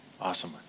Awesome